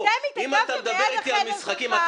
אתם התעכבתם ליד החדר שלך.